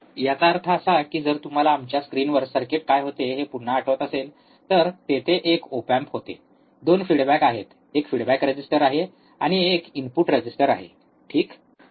याचा अर्थ असा की जर तुम्हाला आमच्या स्क्रीनवर सर्किट काय होते हे पुन्हा आठवत असेल तर तेथे एक ओप एम्प होते 2 फीडबॅक आहेत एक फीडबॅक रेझिस्टर आहे आणि एक इनपुट रेझिस्टर आहे ठीक